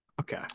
Okay